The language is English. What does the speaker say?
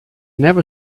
never